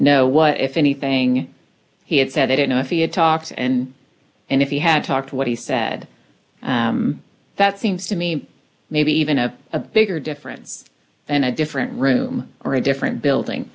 know what if anything he had said i don't know if he had talked and and if he had talked what he said that seems to me maybe even a a bigger difference than a different room or a different building